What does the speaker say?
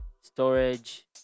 storage